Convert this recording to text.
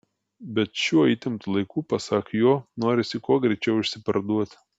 bet šiuo įtemptu laiku pasak jo norisi kuo greičiau išsiparduoti